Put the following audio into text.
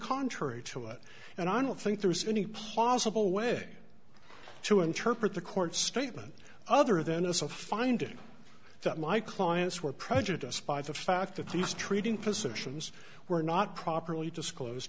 contrary to it and i don't think there's any possible way to interpret the court statement other than as a finding that my clients were prejudiced by the fact that these treating physicians were not properly disclosed